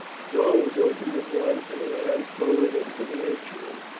the door was opened at once, and he ran forward into the atrium,